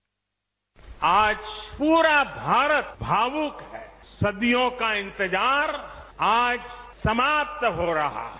bite आज पूरा भारत भावुक है सदियों का इंतजार आज समाप्त हो रहा है